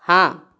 हाँ